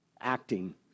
acting